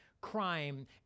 Crime